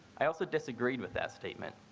i also disagreed with that statement.